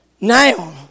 now